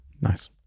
Nice